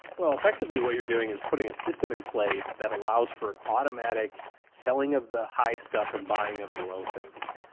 well effectively what you're doing is putting a system in place that allows for an automatic selling of the high stuff and buying of the low things,